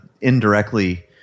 indirectly